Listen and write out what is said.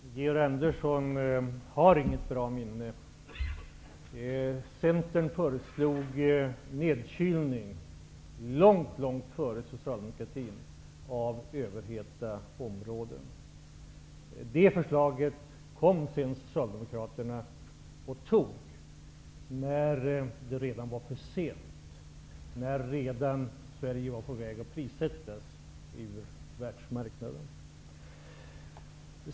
Herr talman! Georg Andersson har inget bra minne. Centern föreslog nedkylning av överhettade områden långt innan Socialdemokraterna gjorde det. Så småningom tog Socialdemokraterna det förslaget, när det redan var för sent. Sverige var då redan på väg att prissättas ur världsmarknaden.